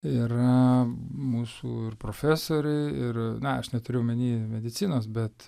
yra mūsų ir profesoriai ir na aš neturiu omeny medicinos bet